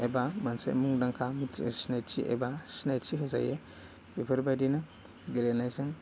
एबा मोनसे मुंदांखा मिथियारि सिनायथि एबा सिनायथि होजायो बेफोरबादिनो गेलेनायजों